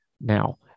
now